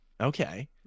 Okay